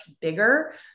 bigger